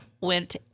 went